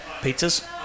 pizzas